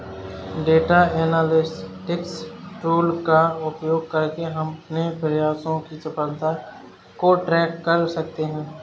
data analytics tool का उपयोग करके अपने प्रयासों की सफलता को ट्रैक कर सकते है